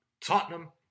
Tottenham